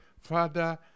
Father